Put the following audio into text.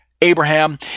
abraham